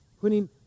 putting